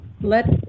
let